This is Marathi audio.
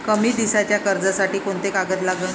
कमी दिसाच्या कर्जासाठी कोंते कागद लागन?